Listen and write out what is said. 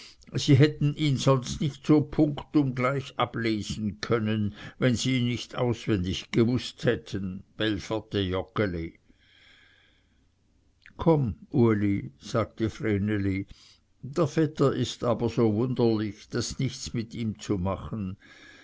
sie hätten ihn sonst nicht so punktum gleich ablesen können wenn sie ihn nicht auswendig gewußt hätten belferte joggeli komm uli sagte vreneli der vetter ist aber so wunderlich da ist nichts mit ihm zu machen